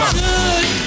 good